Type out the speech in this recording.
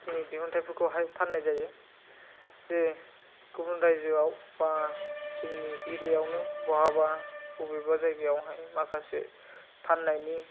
जोंनि दिहुनथाइफोरखौहाय फाननाय जायो जे गुबुन रायजोयाव बा जोंनि एरियायावनो बहाबा बबेबा जायगायावहाय माखासे फाननायनि